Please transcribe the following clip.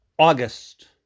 August